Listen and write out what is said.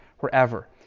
forever